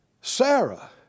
Sarah